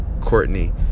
Courtney